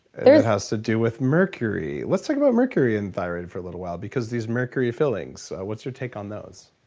it has to do with mercury. let's talking about mercury and thyroid for a little while because these mercury fillings. what's your take on those?